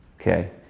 okay